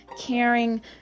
caring